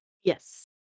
Yes